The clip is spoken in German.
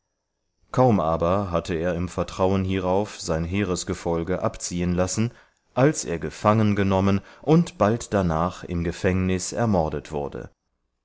kaum aber hatte er im vertrauen hierauf sein heeresgefolge abziehen lassen als er gefangen genommen und bald danach im gefängnis ermordet wurde